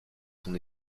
son